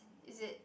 is it